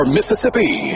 Mississippi